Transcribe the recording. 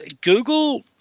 Google